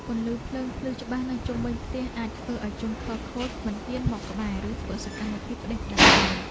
ពន្លឺភ្លើងភ្លឺច្បាស់នៅជុំវិញផ្ទះអាចធ្វើឱ្យជនខិលខូចមិនហ៊ានមកក្បែរឬធ្វើសកម្មភាពផ្តេសផ្តាសឡើយ។